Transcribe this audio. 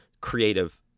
creative